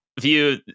view